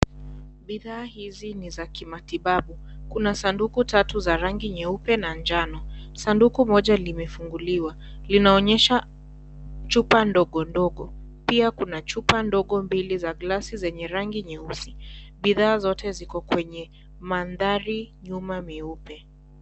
Bidhaa izi ni za kimatibabu. Kuna sanduku tatu za rangi nyeupe na njano. Sanduku moja limefunguliwa. Linaonyesha chupa ndogo ndogo. Pia kuna chupa ndogo mbili za glasi yenye rangi nyeusi. Bidhaa zote ziko kwenye mandhari nyuma meupe.